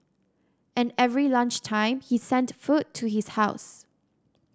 and every lunch time he sent food to his house